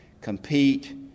compete